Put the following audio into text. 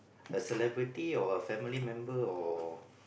a celebrity or a family member or